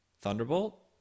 Thunderbolt